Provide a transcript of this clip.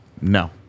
no